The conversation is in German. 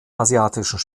asiatischen